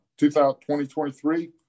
2023